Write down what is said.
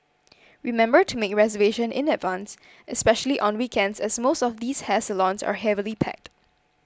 remember to make reservation in advance especially on weekends as most of these hair salons are heavily packed